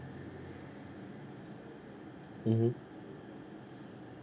mmhmm